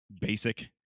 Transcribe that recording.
basic